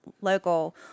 local